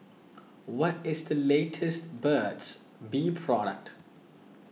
what is the latest Burt's Bee product